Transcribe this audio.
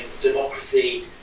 democracy